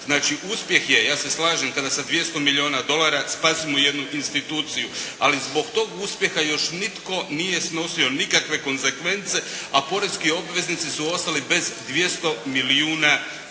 Znači uspjeh je, ja se slažem kada sa 200 milijuna dolara spasimo jednu instituciju, ali zbog tog uspjeha nitko nije snosio nikakve konzekvence a poreski obveznici su ostali bez 200 milijuna dolara,